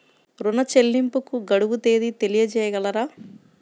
ఋణ చెల్లింపుకు గడువు తేదీ తెలియచేయగలరా?